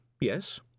Yes